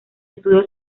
estudio